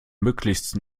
möglichst